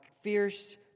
fierce